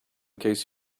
case